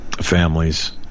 families